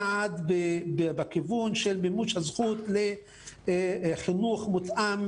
צעד בכיוון של מימוש הזכות לחינוך מותאם